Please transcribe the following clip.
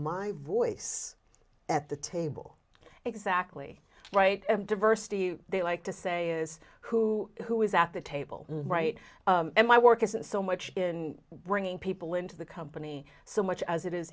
my voice at the table exactly right diversity they like to say is who who is at the table right in my work isn't so much in bringing people into the company so much as it is